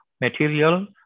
material